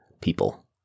people